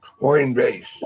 Coinbase